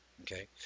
okay